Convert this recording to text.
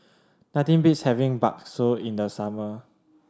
nothing beats having bakso in the summer